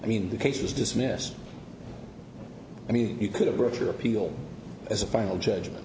i mean the case was dismissed i mean you could avert your appeal as a final judgment